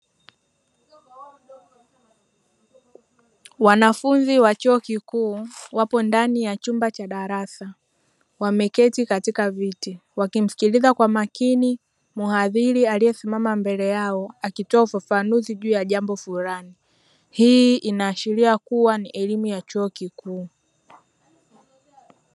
Wanafunzi wa chuo kikuu wapo ndani ya chumba cha darasa wameketi katika viti, wakimsikiliza kwa makini mhadhiri aliyesimama mbele yao akitoa ufafanuzi juu ya jambo fulani. Hii inaashiria kuwa ni elimu ya chuo kikuu.